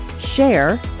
share